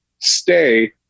stay